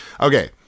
Okay